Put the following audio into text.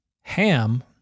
Ham